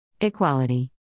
Equality